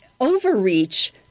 overreach